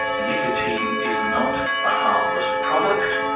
nicotine is not a harmless product,